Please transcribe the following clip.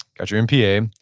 got your mpa,